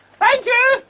thank you,